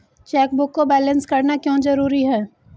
Chequebook को balance करना क्यों जरूरी है?